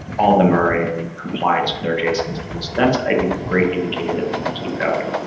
all of them are in compliance with our json schema. so that's i think a great indicator that we can keep going.